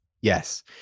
Yes